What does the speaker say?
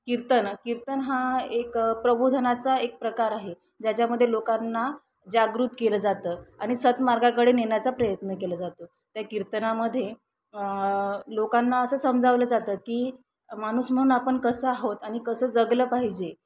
कीर्तन कीर्तन हा एक प्रबोधनाचा एक प्रकार आहे ज्याच्यामध्ये लोकांना जागृत केलं जातं आणि सदमार्गाकडे नेण्याचा प्रयत्न केला जातो त्या कीर्तनामध्ये लोकांना असं समजावलं जातं की माणूस म्हणून आपण कसं आहोत आणि कसं जगलं पाहिजे